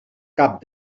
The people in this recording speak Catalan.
cap